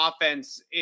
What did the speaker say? offense